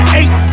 eight